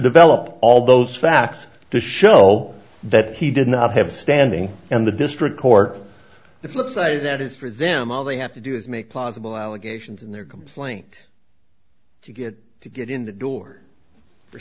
develop all those facts to show that he did not have standing and the district court the flipside of that is for them all they have to do is make plausible allegations in their complaint to get to get in the door for